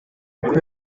uko